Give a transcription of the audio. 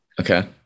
Okay